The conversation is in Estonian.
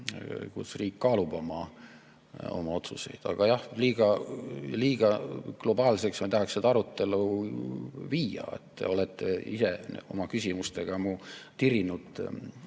kus riik kaalub oma otsuseid. Aga jah, liiga globaalseks ei tahaks seda arutelu viia. Te olete oma küsimustega mu tirinud